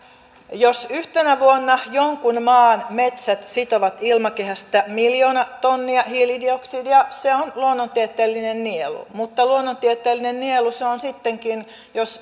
jos yhtenä vuonna jonkun maan metsät sitovat ilmakehästä miljoona tonnia hiilidioksidia se on luonnontieteellinen nielu mutta luonnontieteellinen nielu se on sittenkin jos